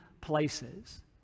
places